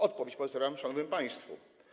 Odpowiedź pozostawiam szanownym państwu.